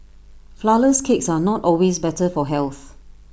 Flourless Cakes are not always better for health